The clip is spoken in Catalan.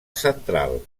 central